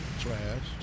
Trash